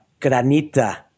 granita